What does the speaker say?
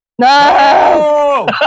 No